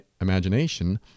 imagination